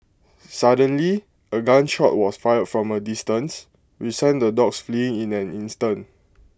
suddenly A gun shot was fired from A distance which sent the dogs fleeing in an instant